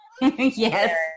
Yes